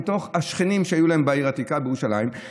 מהשכנים שהיו להם בעיר העתיקה בירושלים.